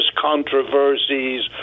controversies